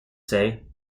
say